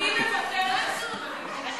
אני מוותרת על זכות הדיבור,